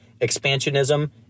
expansionism